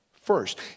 first